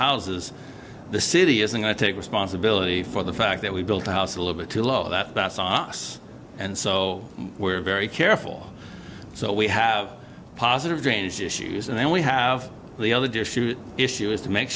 houses the city is and i take responsibility for the fact that we built a house a little bit too low that socks and so we're very careful so we have positive drainage issues and then we have the other issue is to make